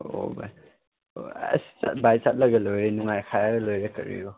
ꯑꯣ ꯕꯥꯏ ꯑꯣ ꯑꯁ ꯕꯥꯏ ꯆꯠꯂꯒ ꯂꯣꯏꯔꯦ ꯅꯨꯡꯉꯥꯏꯈꯥꯏꯔꯒ ꯂꯣꯏꯔꯦ ꯀꯔꯤꯅꯣ